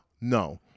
No